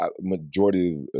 majority